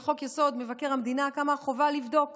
בחוק-יסוד: מבקר המדינה קמה החובה לבדוק